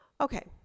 Okay